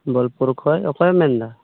ᱵᱳᱞᱯᱩᱨ ᱠᱷᱚᱱ ᱚᱠᱚᱭᱮᱢ ᱢᱮᱱ ᱮᱫᱟ